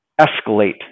escalate